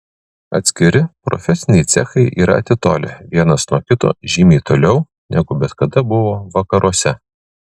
atskiri profesiniai cechai yra atitolę vienas nuo kito žymiai toliau negu bet kada buvo vakaruose